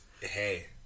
Hey